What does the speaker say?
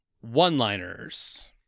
One-liners